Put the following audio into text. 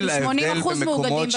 כי 80% מאוגדים במשק.